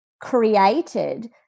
created